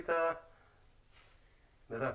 מרב?